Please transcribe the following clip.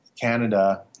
Canada